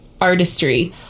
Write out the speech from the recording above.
artistry